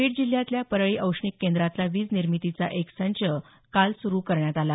बीड जिल्ह्यातल्या परळी औष्णिक केंद्रातला वीज निर्मितीचा एक संच काल सुरु करण्यात आला